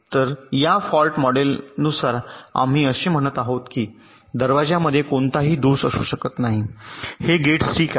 तर या फॉल्ट मॉडेलनुसार आम्ही असे म्हणत आहोत की या दरवाजांमध्ये कोणताही दोष असू शकत नाही हे गेट्स अगदी ठीक आहेत